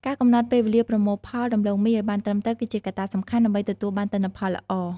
ការកំណត់ពេលវេលាប្រមូលផលដំឡូងមីឱ្យបានត្រឹមត្រូវ គឺជាកត្តាសំខាន់ដើម្បីទទួលបានទិន្នផលល្អ។